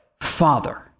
Father